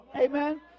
Amen